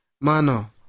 mano